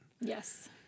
Yes